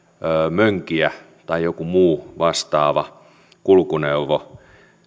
mönkijä tai joku muu vastaava kulkuneuvo